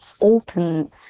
open